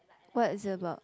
what is it about